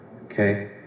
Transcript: okay